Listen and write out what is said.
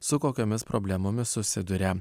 su kokiomis problemomis susiduria